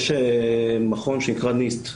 יש מכון שנקרא NIST,